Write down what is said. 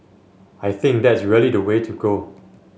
I think that's really the way to go